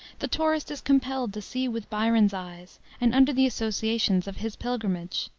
the tourist is compelled to see with byron's eyes and under the associations of his pilgrimage.